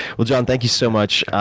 well jon, thank you so much.